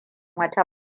wata